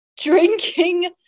drinking